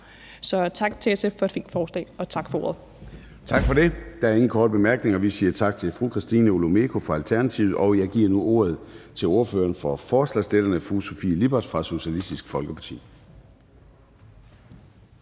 og tak for ordet. Kl. 19:52 Formanden (Søren Gade): Tak for det. Der er ingen korte bemærkninger. Vi siger tak til fru Christina Olumeko fra Alternativet, og jeg giver nu ordet til ordføreren for forslagsstillerne, fru Sofie Lippert fra Socialistisk Folkeparti.